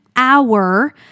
hour